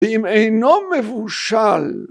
‫ואם אינו מבושל...